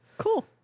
cool